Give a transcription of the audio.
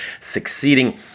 succeeding